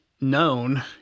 known